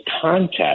contact